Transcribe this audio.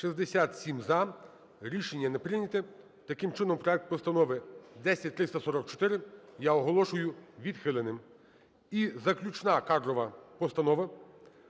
За-67 Рішення не прийнято. Таким чином, проект постанови 10344 я оголошую відхиленим. І заключна кадрова постанова